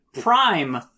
Prime